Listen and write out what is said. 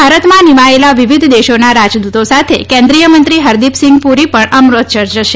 ભારતમાં નિમાયેલા વિવિધ દેશોના રાજદ્રતો સાથે કેન્દ્રિયમંત્રી હરીદીપ સિંઘ પણ અમૃતસર જશે